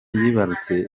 yibarutse